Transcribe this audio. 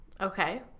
Okay